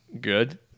good